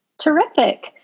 Terrific